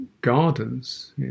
gardens